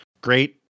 great